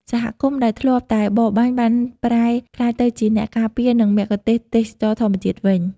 សហគមន៍ដែលធ្លាប់តែបរបាញ់ បានប្រែក្លាយទៅជាអ្នកការពារ និងមគ្គុទ្ទេសក៍ទេសចរណ៍ធម្មជាតិវិញ។